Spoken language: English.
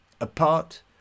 Apart